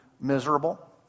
miserable